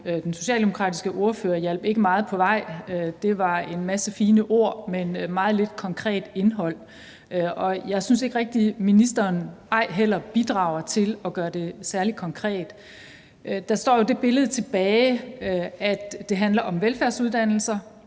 Den socialdemokratiske ordfører hjalp ikke meget på vej. Der var en masse fine ord, men meget lidt konkret indhold, og jeg synes ej heller rigtig, at ministeren bidrager til at gøre det særlig konkret. Der står jo det billede tilbage, at det handler om velfærdsuddannelserne,